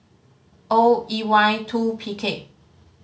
O E Y two P K